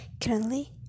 Currently